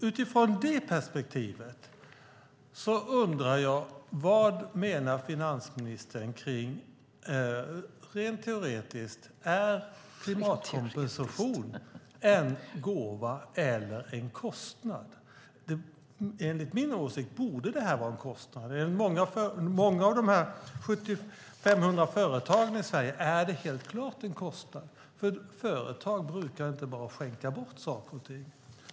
Utifrån det perspektivet undrar jag om finansministern rent teoretiskt menar att klimatkompensation är en gåva eller en kostnad. Enligt min åsikt borde det vara en kostnad. För många av de 500 företagen i Sverige är det helt klart en kostnad, för företag brukar inte bara skänka bort saker och ting.